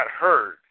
heard